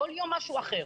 כל יום משהו אחר,